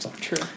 True